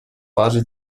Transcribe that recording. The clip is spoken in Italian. fase